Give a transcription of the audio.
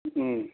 ওম